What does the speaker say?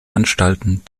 anstalten